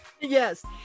Yes